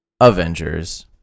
Avengers